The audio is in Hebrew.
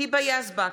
היבה יזבק,